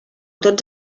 tots